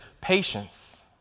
patience